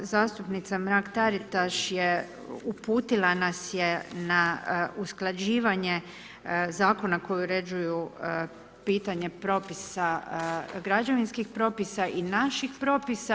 Zastupnica Mrak-Taritaš je uputila nas je na usklađivanje Zakona koji uređuju pitanje građevinskih propisa i naših propisa.